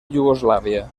iugoslàvia